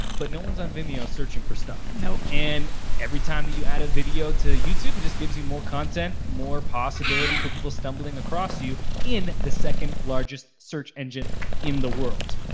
but no one's on vimeo searching for stuff. nope. and every time that you add a video to youtube, it just gives you more content, more possibility for people stumbling across you in the second-largest search engine in the world.